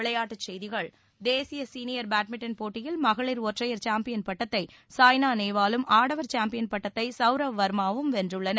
விளையாட்டுச் செய்திகள் தேசிய சீனியர் பேட்மிண்டன் போட்டியில் மகளிர் ஒற்றையர் சாம்பியன் பட்டத்தை சாய்னா நேவாலும் ஆடவர் சாம்பியன் பட்டத்தை சவ்ரவ் வர்மாவும் வென்றுள்ளனர்